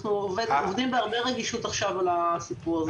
אנחנו עובדים בהרבה רגישות עכשיו על הסיפור הזה.